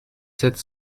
sept